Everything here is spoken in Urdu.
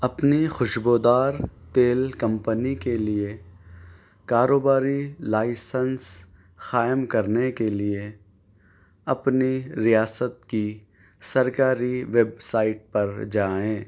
اپنی خوشبودار تیل کمپنی کے لیے کاروباری لائسنس قائم کرنے کے لیے اپنی ریاست کی سرکاری ویب سائٹ پر جائیں